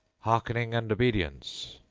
harkening and obedience!